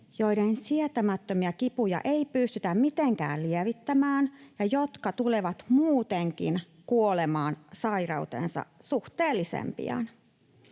joiden sietämättömiä kipuja ei pystytä mitenkään lievittämään ja jotka tulevat muutenkin kuolemaan sairauteensa suhteellisen pian.